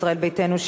ישראל ביתנו,